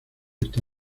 está